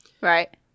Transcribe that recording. Right